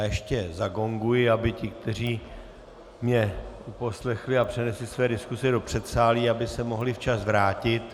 Ještě zagonguji, aby se ti, kteří mě uposlechli a přenesli své diskuse do předsálí, mohli včas vrátit.